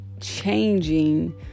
changing